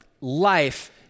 life